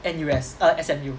N_U_S ah S_M_U